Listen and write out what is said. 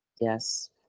Yes